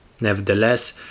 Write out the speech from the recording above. Nevertheless